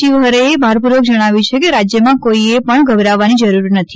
શિવહરેએ ભારપૂર્વક જણાવ્યું છે કે રાજ્યમાં કોઇએ પણ ગભરાવવાની જરૂર નથી